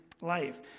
life